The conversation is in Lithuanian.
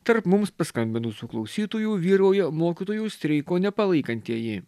tarp mums paskambinusių klausytojų vyrauja mokytojų streiko nepalaikantieji